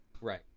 right